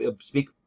speak